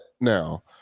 now